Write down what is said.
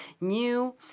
new